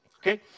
okay